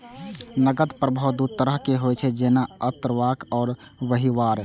नकद प्रवाह दू तरहक होइ छै, जेना अंतर्वाह आ बहिर्वाह